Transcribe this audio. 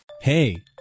hey